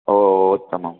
ओ उत्तमं